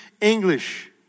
English